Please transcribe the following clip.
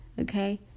Okay